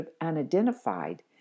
unidentified